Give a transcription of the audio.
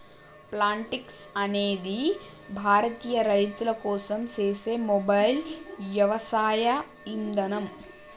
Plantix అనేది భారతీయ రైతుల కోసం సేసే మొబైల్ యవసాయ ఇదానం